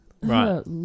Right